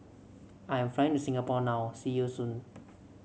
I am flying to Singapore now see you soon